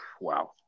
Wow